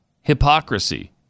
hypocrisy